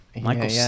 Michael